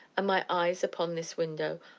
and my eyes upon this window,